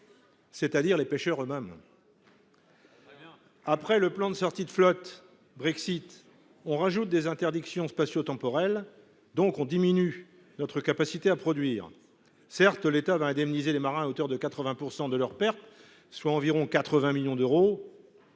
que sont les pêcheurs eux mêmes. Après le plan de sortie de flotte post Brexit, cette interdiction spatiotemporelle contraint notre capacité à produire. Certes, l’État indemnisera les marins à hauteur de 80 % de leurs pertes, soit environ 80 millions d’euros,